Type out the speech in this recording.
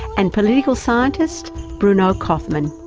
and political scientist bruno kaufmann.